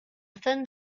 thin